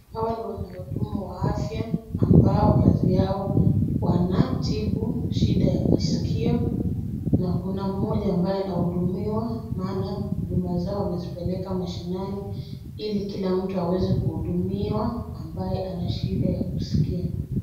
Hawa ni wana hudumu wa afya ambao kazi yao wanatibu shida ya masikio. Na kuna mmoja ambaye anaudumiwa maana huduma zao wamezipeleka mashinani ili kila mtu aweze kuhudumiwa ambaye ana shida ya kusikia.